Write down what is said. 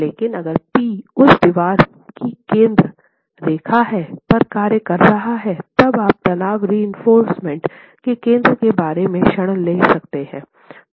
लेकिन अगर P उस दीवार की केंद्र रेखा पर कार्य कर रहा है तब आप तनाव रिइंफोर्समेन्ट के केन्द्र के बारे में क्षण ले सकते हैं